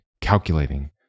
calculating